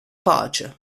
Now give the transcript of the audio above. pace